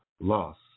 loss